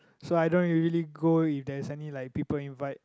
so I don't usually go if there is any like people invite